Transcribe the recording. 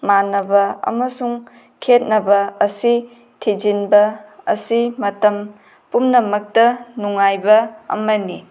ꯃꯥꯟꯅꯕ ꯑꯃꯁꯨꯡ ꯈꯦꯅꯕ ꯑꯁꯤ ꯊꯤꯖꯤꯟꯕ ꯑꯁꯤ ꯃꯇꯝ ꯄꯨꯝꯅꯃꯛꯇ ꯅꯨꯡꯉꯥꯏꯕ ꯑꯃꯅꯤ